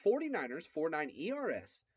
49ers49ERS